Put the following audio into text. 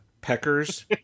peckers